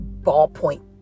ballpoint